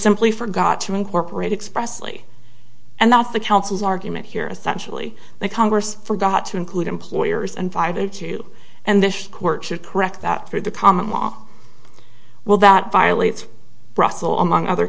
simply forgot to incorporate expressly and that's the counsel's argument here essentially that congress forgot to include employers and vida to and this court should correct that through the common law well that violates brussel among other